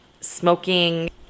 smoking